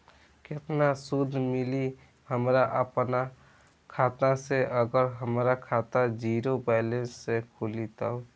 केतना सूद मिली हमरा अपना खाता से अगर हमार खाता ज़ीरो बैलेंस से खुली तब?